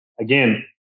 again